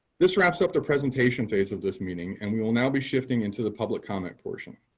this wraps up the presentation phase of this meeting. and we will now be shifting into the public comment portion.